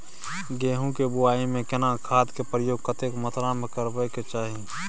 गेहूं के बुआई में केना खाद के प्रयोग कतेक मात्रा में करबैक चाही?